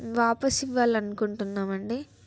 వాపస్ ఇవ్వాలనుకుంటున్నామండి